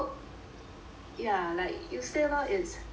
yeah like you say lor it's